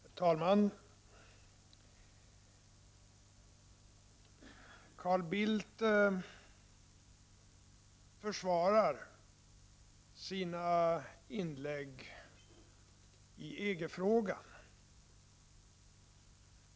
Herr talman! Carl Bildt försvarar sina inlägg i EG-frågan.